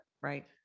Right